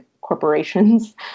corporations